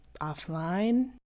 offline